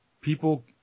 people